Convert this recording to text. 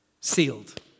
Sealed